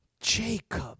Jacob